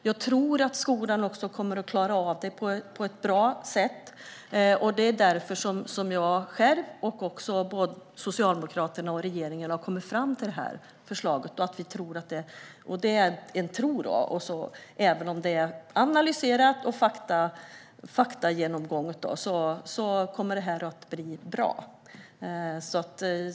Jag tror också att skolan kommer att klara av det på ett bra sätt. Det är därför som jag själv, Socialdemokraterna och regeringen har kommit fram till det här förslaget. Vi tror på det, och det är analyserat och faktagenomgånget. Det kommer att bli bra.